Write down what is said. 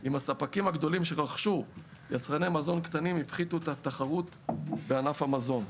אם הספקים הגדולים שרכשו יצרני מזון קטנים הפחיתו את התחרות בענף המזון.